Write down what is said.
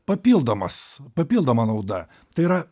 papildomas papildoma nauda tai yra